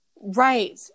Right